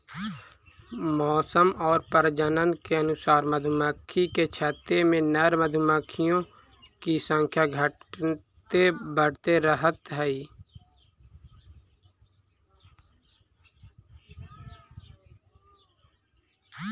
मौसम और प्रजनन के अनुसार मधुमक्खी के छत्ते में नर मधुमक्खियों की संख्या घटते बढ़ते रहअ हई